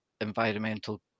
environmental